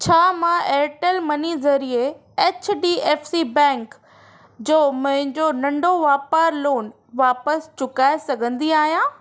छा मां Airtel money ज़रिए H D F C bank जो मुंहिंजो नंढो वापारु लोन वापसि चुकाए सघंदी आहियां